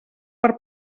per